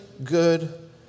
good